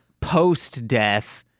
post-death